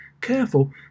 careful